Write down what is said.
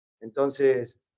Entonces